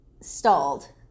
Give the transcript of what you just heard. stalled